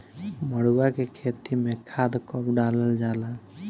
मरुआ के खेती में खाद कब डालल जाला?